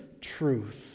truth